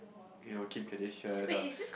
you know Kim-Kardashian or